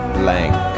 blank